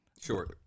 Sure